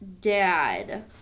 dad